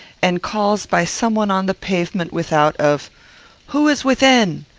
and calls by some one on the pavement without, of who is within?